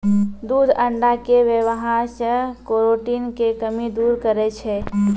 दूध अण्डा के वेवहार से केरोटिन के कमी दूर करै छै